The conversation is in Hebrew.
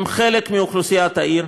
הם חלק מאוכלוסיית העיר.